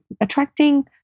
attracting